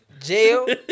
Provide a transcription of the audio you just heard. Jail